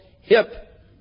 hip